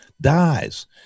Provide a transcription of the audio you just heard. dies